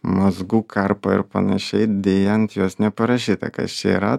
mazgų karpa ir panašiai deja ant jos neparašyta kas čia yra